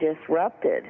disrupted